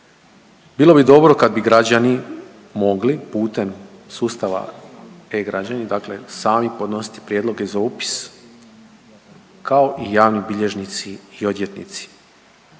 Bilo bi dobro kad bi građani mogli putem sustava e-građani, dakle sami podnositi prijedloge za upis kao i javni bilježnici i odvjetnici.